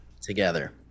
Together